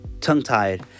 tongue-tied